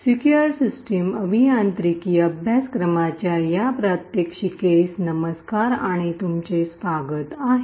secure system अभियांत्रिकी अभ्यासक्रमाच्या या प्रात्यक्षिकेस नमस्कार आणि तुमचे स्वागत आहे